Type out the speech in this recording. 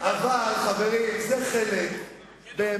אבל, חברים, זה חלק מממשלה